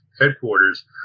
headquarters